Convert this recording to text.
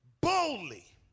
Boldly